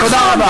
תודה רבה.